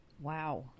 Wow